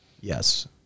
yes